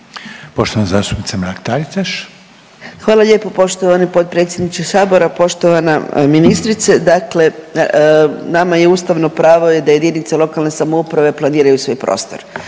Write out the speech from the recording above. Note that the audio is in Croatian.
**Mrak-Taritaš, Anka (GLAS)** Hvala lijepo poštovani potpredsjedniče sabora. Poštovana ministrice, dakle nama je ustavno pravo je da jedinice lokalne samouprave planiraju svoj prostor.